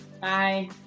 bye